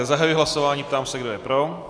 Zahajuji hlasování a ptám se, kdo je pro.